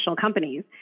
companies